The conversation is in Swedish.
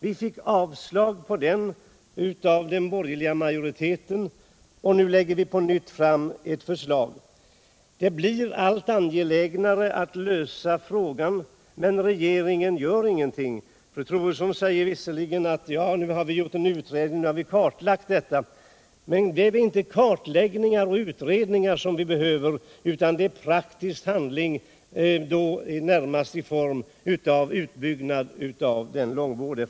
Vi fick avslag på det av den borgerliga majoriteten. Nu lägger vi på nytt fram ett förslag. Det blir allt angelägnare att lösa problemet, men regeringen gör ingenting. Fru Troedsson talade om att man nu kartlagt problemet. Men det är inte kartläggningar och utredningar vi behöver utan praktisk handling, närmast i form av utbyggnad av långvården.